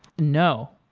no.